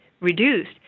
reduced